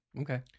Okay